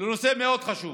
לנושא מאוד חשוב: